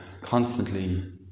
constantly